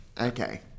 Okay